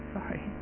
Sorry